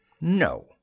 no